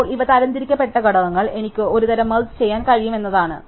ഇപ്പോൾ ഇവ തരംതിരിക്കപ്പെട്ട ഘടകങ്ങൾ എനിക്ക് ഒരുതരം മെർജ് ചെയ്യാൻ കഴിയും എന്നാണ്